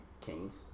Kings